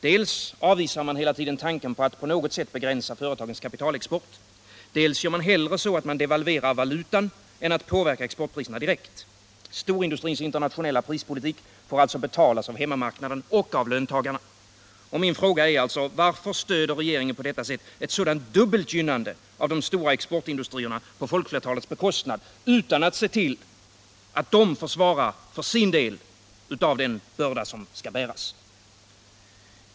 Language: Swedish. Dels avvisar man hela tiden tanken att på något sätt begränsa företagens kapitalexport, dels gör man hellre så att man devalverar valutan än att man påverkar exportpriserna direkt. Storindustrins internationella prispolitik får alltså betalas av hemmamarknaden och av löntagarna. Min fråga är alltså: Varför stöder regeringen ett sådant dubbelt gynnande av de stora exportindustrierna på folkflertalets bekostnad utan att se till att de får sin del av den börda som skall bäras?